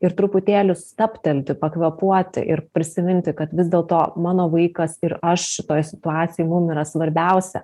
ir truputėlį stabtelti pakvėpuoti ir prisiminti kad vis dėlto mano vaikas ir aš šitoj situacijoj mum yra svarbiausia